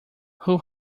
who